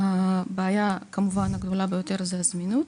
הבעיה הגדולה ביותר היא, כמובן, הזמינות.